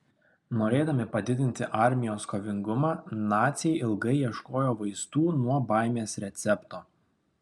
norėdami padidinti armijos kovingumą naciai ilgai ieškojo vaistų nuo baimės recepto